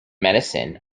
medicine